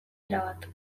erabat